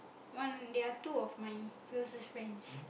one they are two of my closest friends